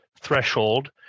threshold